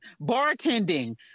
bartending